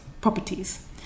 properties